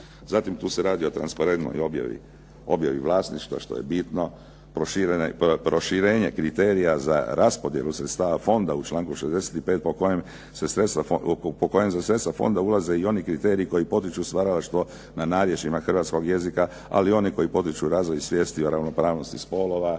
Zatim tu se radi o transparentnoj objavi vlasništva što je bitno, proširenje kriterija za rasporedu sredstava fonda u članku 65. po kojem se za sredstva fonda ulaze i oni kriteriji koji potiču stvaralaštvo na narječjima hrvatskog jezika, ali i oni koji potiču razvoj svijesti o ravnopravnosti spolova